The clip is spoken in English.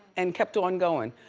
and kept on going.